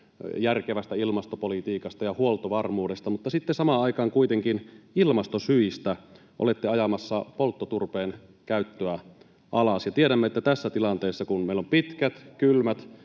järkevästä ilmastopolitiikasta ja huoltovarmuudesta, mutta sitten samaan aikaan kuitenkin ilmastosyistä olette ajamassa polttoturpeen käyttöä alas. Tiedämme, että tässä tilanteessa, kun meillä on pitkät kylmät